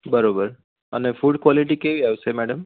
બરોબર અને food quality કેવી આવશે મેડમ